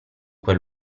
quel